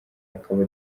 akaba